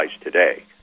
today